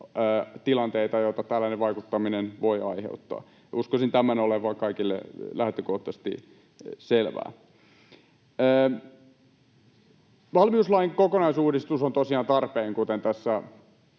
tilanteita, joita tällainen vaikuttaminen voi aiheuttaa. Uskoisin tämän olevan kaikille lähtökohtaisesti selvää. Valmiuslain kokonaisuudistus on tosiaan tarpeen, kuten tässä